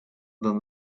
than